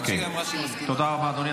אני לא יורד.